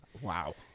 Wow